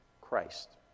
Christ